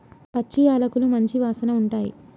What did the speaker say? పచ్చి యాలకులు మంచి వాసన ఉంటాయి